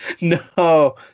No